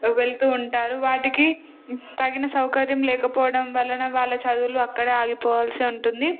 వెళుతూ ఉంటారు వాటికి తగిన సౌకర్యం లేకపోవడం వలన వాళ్ళ చదువులు అక్కడ ఆగిపోవాల్సి ఉంటుంది